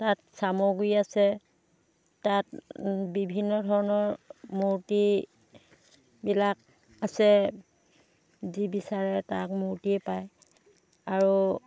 তাত চামগুৰি আছে তাত বিভিন্ন ধৰণৰ মূৰ্তিবিলাক আছে যি বিচাৰে তাত মূৰ্তি পায় আৰু